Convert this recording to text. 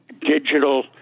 digital